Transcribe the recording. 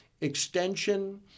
Extension